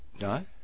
No